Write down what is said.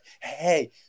Hey